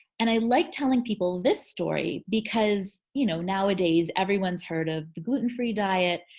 and i like telling people this story because you know nowadays everyone's heard of the gluten-free diet.